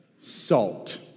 salt